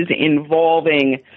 involving